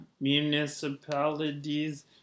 Municipalities